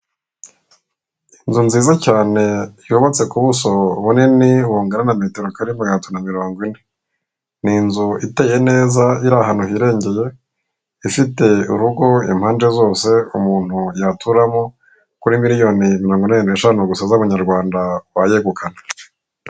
Inzu nziza cyane yubatse ku buso bunini bungana na metero kare bungana na maganatatu na mirongo ine. Ni inzu iteye neza yari ahantu hirengeye ifite urugo impande zose umuntu yaturamo, kuri miliyoni mirongo inani n'eshanu gusa z'amanyarwanda wayegukana.